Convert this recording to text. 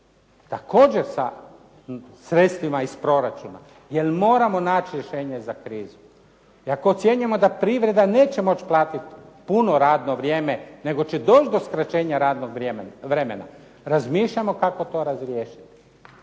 također sa sredstvima iz proračuna jer moramo naći rješenje za krizu. I ako ocjenjujemo da privreda neće moći platit puno radno vrijeme nego će doći do skraćenja radnog vremena, razmišljajmo kako to razriješiti.